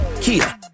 Kia